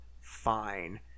Fine